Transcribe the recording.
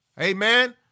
Amen